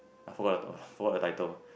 I forgot I forgot the title